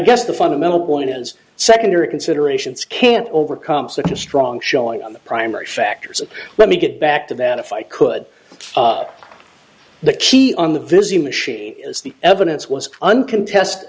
guess the fundamental point is secondary considerations can't overcome such a strong showing on the primary factors let me get back to that if i could the key on the visine machine is the evidence was uncontested